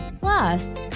Plus